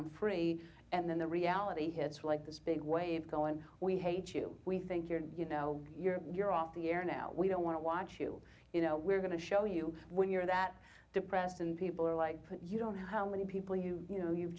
i'm free and then the reality hits like this big way of going we hate you we think you're you know you're you're off the air now we don't want to watch you you know we're going to show you when you're that depressed and people are like you don't how many people you you know you've